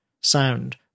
sound